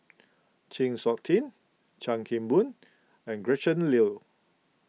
Chng Seok Tin Chan Kim Boon and Gretchen Liu